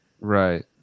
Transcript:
Right